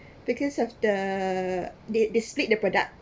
because of the dis~ displayed the product